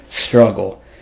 struggle